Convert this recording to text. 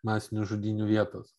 masinių žudynių vietos